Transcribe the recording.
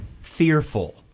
fearful